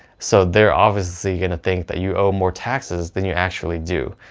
so they're obviously going to think that you owe more taxes than you actually do.